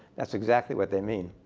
that's exactly what they mean.